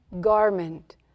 garment